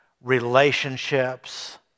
relationships